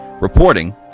Reporting